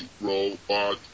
robot